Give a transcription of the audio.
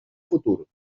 futur